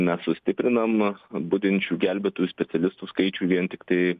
mes sustiprinam budinčių gelbėtojų specialistų skaičių vien tiktai